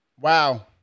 wow